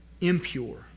impure